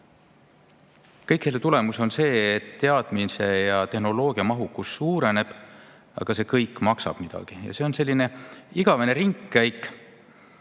Kõige selle tulemus on see, et teadmus- ja tehnoloogiamahukus suureneb. Aga see kõik maksab midagi. See on selline igavene ringkäik